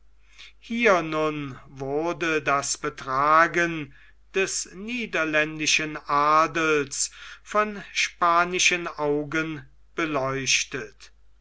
hier nun wurde das betragen des niederländischen adels von spanischen augen beleuchtet